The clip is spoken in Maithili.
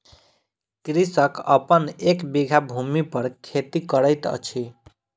कृषक अपन एक बीघा भूमि पर खेती करैत अछि